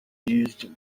used